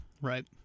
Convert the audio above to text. right